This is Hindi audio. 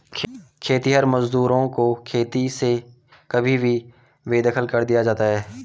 खेतिहर मजदूरों को खेती से कभी भी बेदखल कर दिया जाता है